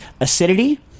acidity